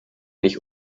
nicht